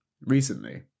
recently